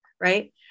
Right